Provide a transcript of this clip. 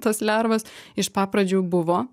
tos lervos iš pa pradžių buvo